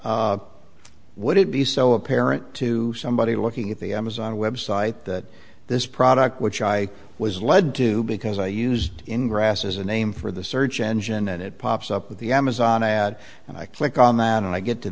form would it be so apparent to somebody looking at the amazon web site that this product which i was led to because i used in grass is a name for the search engine and it pops up with the amazon ad and i click on that and i get to